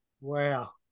Wow